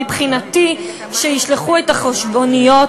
מבחינתי שישלחו את החשבוניות,